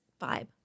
vibe